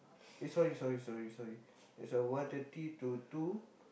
eh sorry sorry sorry sorry that's a one thirty to two